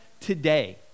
today